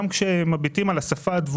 גם כשמביטים על העברית הדבורה